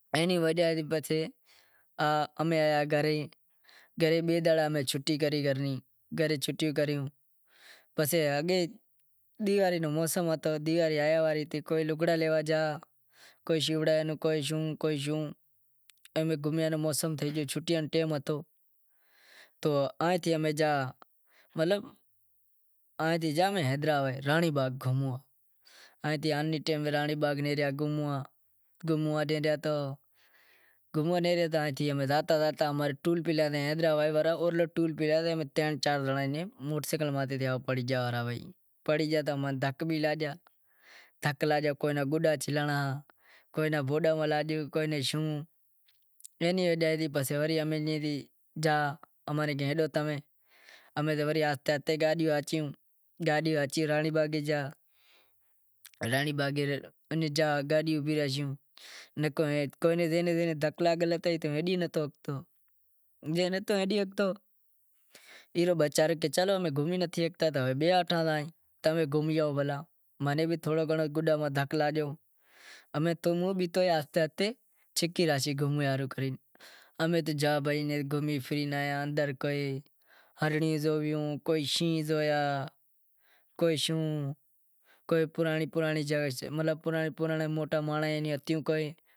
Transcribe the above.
اینی وجہ ہتی امیں گیا گھرے گھرے بئے دہاڑا امیں چھوٹی کری پسے اگے ڈینہں واڑی موسم ہتی، تو کوئی لگڑا لیوا گیو تو کوئی شوڑا تو کوئی شوں تو کوئی شوں، امیں گھومیا نو موسم تھے گیا پست امیں گیا حیدرآباد رانڑی باغ گھوموا تو گھوموا نیہریا تو زاوتا زاوتا ٹول پلازا اورلو حیدرٓباد واڑو تے ماتھے امارا ترن چار زنڑا پڑی گیا پرہا پڑی گیا تو دھک بھی لاگیا تو کوئی نا گوڈا چھلانڑا تو کوئی شوں پسے امیں آہستے آہستے گاڈیوں ہاکیوں، پسے رانڑی باغے گیا پسے دھک لاگل ہتا او ہلی ناں شگتو تو او بیٹھا زائے امیں ہوں بھی آہستے آہستے شکی راکھیو، کوئی ہرنڑی زویوں کوئی شوں کوئی پراننڑی پرانڑی